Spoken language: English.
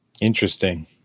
Interesting